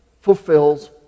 fulfills